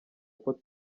uko